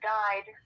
died